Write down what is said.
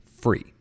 free